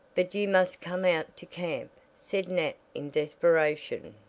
but you must come out to camp, said nat in desperation.